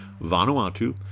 Vanuatu